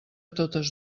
totes